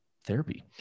therapy